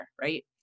Right